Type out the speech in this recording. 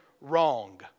wrong